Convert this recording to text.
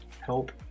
help